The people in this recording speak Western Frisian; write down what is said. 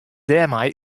dêrmei